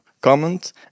comment